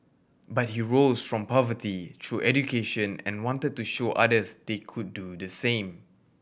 but he rose from poverty through education and wanted to show others they could do the same